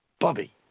Bobby